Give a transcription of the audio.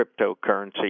cryptocurrency